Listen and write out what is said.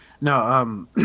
No